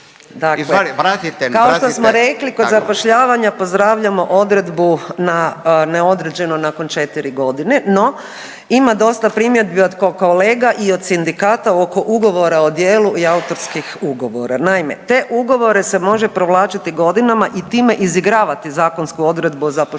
kao što smo rekli kod zapošljavanja pozdravljamo odredbu na neodređeno nakon 4 godine. No, ima dosta primjedbi od kolega i od sindikata oko ugovora o djelu i autorskih ugovora. Naime, te ugovore se može provlačiti godinama i time izigravati zakonsku odredbu o zapošljavanje